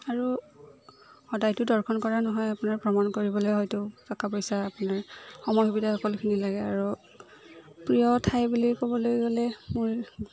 আৰু সদায়টো দৰ্শন কৰা নহয় আপোনাৰ ভ্ৰমণ কৰিবলৈ হয়তো টকা পইচা আপোনাৰ সময়ৰ সুবিধা সকলোখিনি লাগে আৰু প্ৰিয় ঠাই বুলি ক'বলৈ গ'লে মোৰ